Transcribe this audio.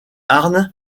béarn